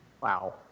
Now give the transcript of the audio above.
Wow